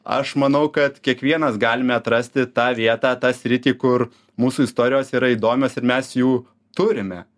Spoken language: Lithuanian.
aš manau kad kiekvienas galime atrasti tą vietą tą sritį kur mūsų istorijos yra įdomios ir mes jų turime